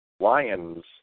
Lions